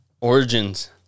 Origins